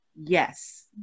yes